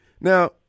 Now